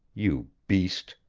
you beast!